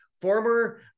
former